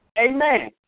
Amen